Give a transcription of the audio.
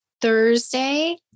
Thursday